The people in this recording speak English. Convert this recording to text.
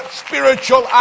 spiritual